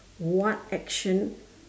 what action